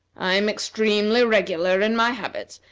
i am extremely regular in my habits,